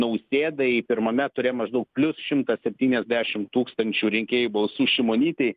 nausėdai pirmame ture maždaug plius šimtą septyniasdešimt tūkstančių rinkėjų balsų šimonytei